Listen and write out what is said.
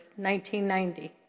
1990